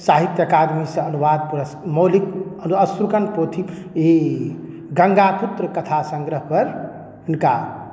साहित्य अकादमीसँ अनुवाद पुरस्क मौलिक अश्रुकण पोथी ई गङ्गा पुत्र कथा संग्रहपर हुनका